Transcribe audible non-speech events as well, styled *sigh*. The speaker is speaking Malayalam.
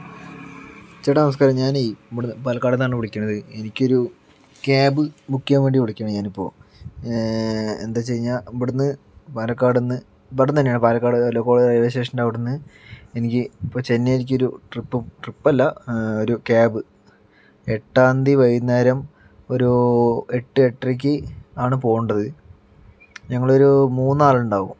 ചേട്ടാ നമസ്കാരം ഞാൻ ഇവിടെ പാലക്കാട് നിന്നാണ് വിളിയ്ക്കണത് എനിക്കൊരു ക്യാബ് ബുക്ക് ചെയ്യാൻ വേണ്ടി വിളിക്കണത് ഞാനിപ്പോൾ എന്താണെന്ന് വച്ച് കഴിഞ്ഞാൽ ഇവിടെ നിന്ന് പാലക്കാടു നിന്ന് ഇവിടെ നിന്ന് തന്നെയാണ് പാലക്കാട് *unintelligible* റെയിൽ വേ സ്റ്റേഷൻ്റവിടുന്ന് എനിക്ക് ഇപ്പോൾ ചെന്നൈയിലേയ്ക്കൊരു ട്രിപ്പ് ട്രിപ്പല്ല ഒരു ക്യാബ് എട്ടാം തീയ്യതി വൈകുന്നേരം ഒരു എട്ട് എട്ടരയ്ക്ക് ആണ് പോകേണ്ടത് ഞങ്ങളൊരു മൂന്നാളുണ്ടാവും